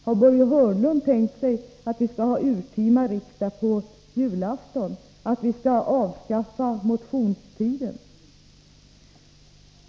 Har Börje Hörnlund tänkt sig att vi skall ha urtima riksdag på julafton, att vi skall avskaffa motionstiden?